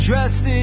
Dressed